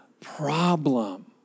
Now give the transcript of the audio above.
problem